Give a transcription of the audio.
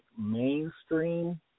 mainstream